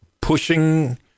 pushing